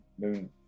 moon